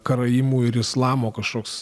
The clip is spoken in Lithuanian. karaimų ir islamo kažkoks